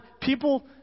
people